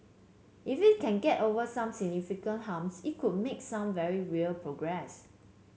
if it can get over some significant humps it could make some very real progress